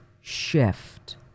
shift